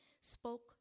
spoke